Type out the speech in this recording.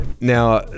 now